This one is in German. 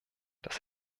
das